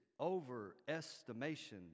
overestimation